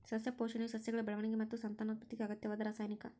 ಸಸ್ಯ ಪೋಷಣೆಯು ಸಸ್ಯಗಳ ಬೆಳವಣಿಗೆ ಮತ್ತು ಸಂತಾನೋತ್ಪತ್ತಿಗೆ ಅಗತ್ಯವಾದ ರಾಸಾಯನಿಕ